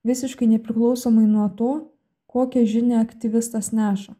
visiškai nepriklausomai nuo to kokią žinią aktyvistas neša